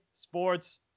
sports